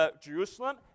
Jerusalem